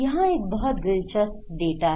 यहाँ एक बहुत दिलचस्प डेटा है